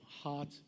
heart